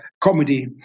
comedy